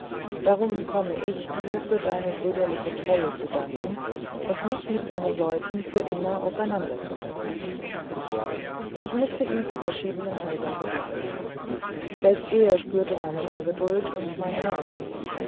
darum komme ich dir für deine brüderliche treue zu danken und mich mit meinen leuten für immer aus einander zu setzen ich mußte ihn zu verschiedenen häusern begleiten aber er spürte meine ungeduld und mein heimweh